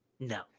No